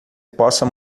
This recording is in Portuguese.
possa